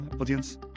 audience